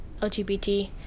lgbt